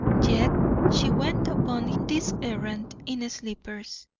yet she went upon this errand in slippers,